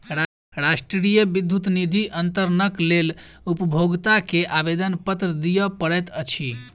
राष्ट्रीय विद्युत निधि अन्तरणक लेल उपभोगता के आवेदनपत्र दिअ पड़ैत अछि